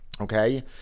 Okay